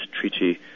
Treaty